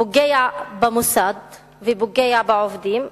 פוגע במוסד ופוגע בעובדים,